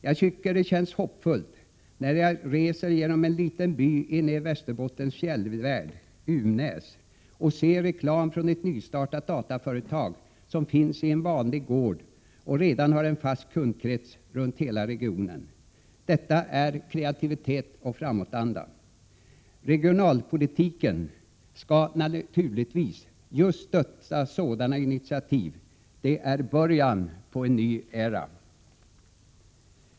Jag tycker det känns hoppfullt när jag reser genom en liten by inne i Västerbottens fjällvärd — Umnäs — och ser reklam för ett nystartat dataföretag som finns i en vanlig gård och som redan har en fast kundkrets runt hela regionen. Detta är kreativitet och framåtanda! Regionalpolitiken skall naturligtvis stötta just sådana initiativ — det är början på en ny era.